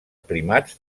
primats